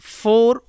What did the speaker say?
four